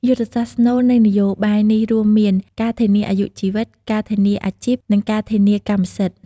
យុទ្ធសាស្ត្រស្នូលនៃនយោបាយនេះរួមមាន ការធានាអាយុជីវិត ការធានាអាជីព និងការធានាកម្មសិទ្ធិ។